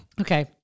Okay